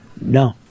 No